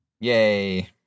Yay